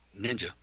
ninja